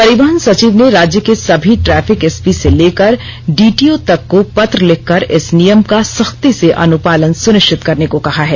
परिवहन सचिव ने राज्य के सभी ट्रैफिक एसपी से लेकर डीटीओ तक को पत्र लिखकर इस नियम का सख्ती से अनुपालन सुनिश्चित करने को कहा है